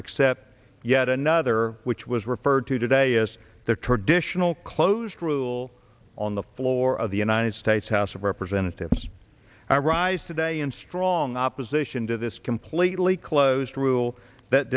except yet another which was referred to today as the traditional closed rule on the floor of the united states house of representatives i rise today in strong opposition to this completely closed rule that